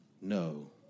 no